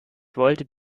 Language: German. wollte